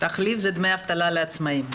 תחליף זה דמי אבטלה לעצמאים.